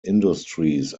industries